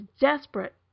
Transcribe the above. desperate